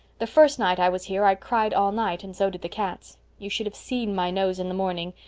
the first night i was here i cried all night, and so did the cats. you should have seen my nose in the morning.